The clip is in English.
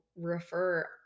refer